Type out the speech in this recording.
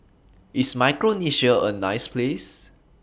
IS Micronesia A nice Place